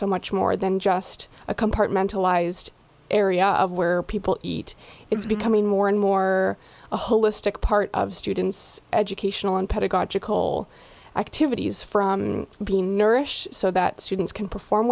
so much more than just a compartmentalized area of where people eat it's becoming more and more a holistic part of students educational and pedagogical activities from being nourish so that students can perform